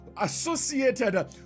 associated